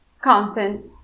constant